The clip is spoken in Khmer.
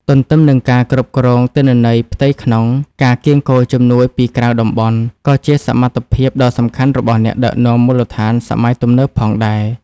ទន្ទឹមនឹងការគ្រប់គ្រងទិន្នន័យផ្ទៃក្នុង ការកៀងគរជំនួយពីក្រៅតំបន់ ក៏ជាសមត្ថភាពដ៏សំខាន់របស់អ្នកដឹកនាំមូលដ្ឋានសម័យទំនើបផងដែរ។